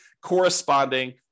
corresponding